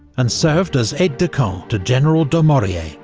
and served as aide-de-camp to general dumouriez,